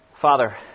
Father